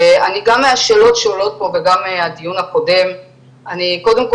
גם מהשאלות שעולות פה וגם מהדיון הקודם אני קודם כל